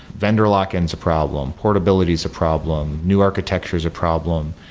vendor lock in is a problem. portability is a problem. new architecture is a problem.